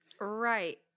Right